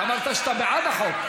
אתה אמרת שאתה בעד החוק.